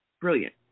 brilliant